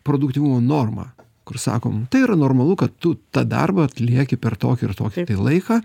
produktyvumo normą kur sakom tai yra normalu kad tu tą darbą atlieki per tokį ir tokį laiką